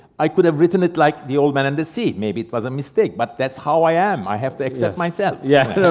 i could have written it like the old man and the sea. maybe it was a mistake, but that's how i am, i have to accept myself. yeah so